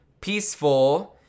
Peaceful